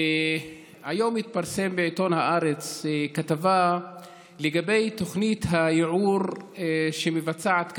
היום התפרסמה בעיתון הארץ כתבה לגבי תוכנית הייעור שמבצעת קק"ל,